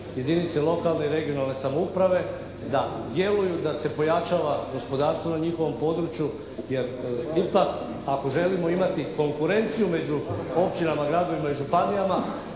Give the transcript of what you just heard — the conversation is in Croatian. jedinice lokalne i regionalne samouprave da djeluju da se pojačava gospodarstvo na njihovom području. Jer ipak, ako želimo imati konkurenciju među općinama, gradovima i županijama